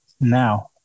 now